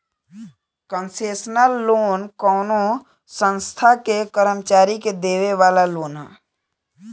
concessional loan कवनो संस्था के कर्मचारी के देवे वाला लोन ह